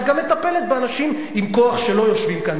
גם מטפלת באנשים עם כוח שלא יושבים כאן,